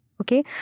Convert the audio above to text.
okay